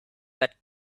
that